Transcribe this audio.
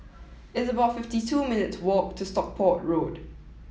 it's about fifty two minutes walk to Stockport Road